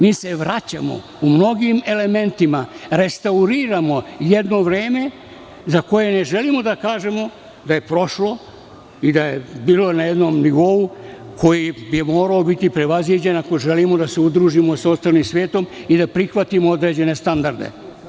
Mi se vraćamo u mnogim elementima, restauriramo jedno vreme za koje ne želimo da kažemo da je prošlo i da je bilo na jednom nivou koji bi morao biti prevaziđen, ako želimo da se udružimo sa ostalim svetom i da prihvatimo određene standarde.